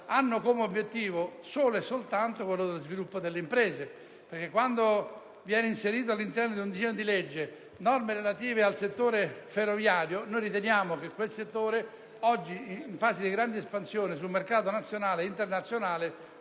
hanno come obiettivo solo e soltanto lo sviluppo delle imprese. Quando vengono inserite all'interno di un disegno di legge norme relative al settore ferroviario, riteniamo che quel settore - oggi in fase di grande espansione sul mercato nazionale ed internazionale